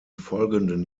folgenden